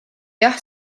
jah